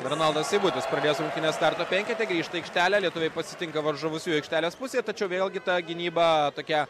ronaldas seibutis pradės rungtynes starto penkete grįžta į aikštelę lietuviai pasitinka varžovus jau aikštelės pusėje tačiau vėl gi ta gynyba tokia